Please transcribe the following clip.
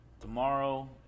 Tomorrow